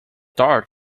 dart